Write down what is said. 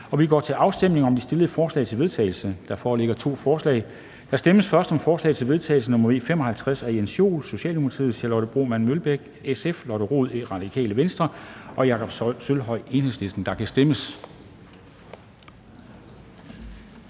og vi går til afstemning om de fremsatte forslag til vedtagelse. Der foreligger to forslag. Der stemmes først om forslag til vedtagelse nr. V 55 af Jens Joel (S), Charlotte Broman Mølbæk (SF), Lotte Rod (RV) og Jakob Sølvhøj (EL), og der kan stemmes.